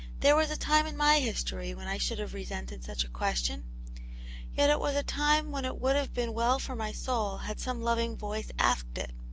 there was a time in my history when i should have resented such a question yet it was a time when it would have been well for my soul had some loving voice asked it.